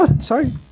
Sorry